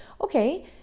okay